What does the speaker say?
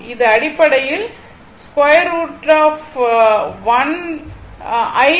இது அடிப்படையில் 2√1T2 ஆகும்